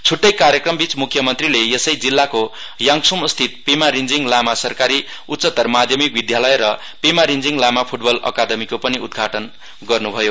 छुट्टै कार्यक्रमबीच मुख्यमन्त्रीले यसै जिल्लाको याङसुमस्थित पेमा रिञ्जिङ लामा सरकारी उच्चतर माध्यमिक विद्यालय र पेमा रिञ्जिङ लामा फूट्बल अकादमीको पनि आज उदघाटन गर्न्भयो